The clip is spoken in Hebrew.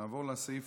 נעבור להצעה